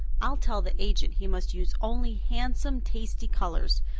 i'll tell the agent he must use only handsome, tasty colors.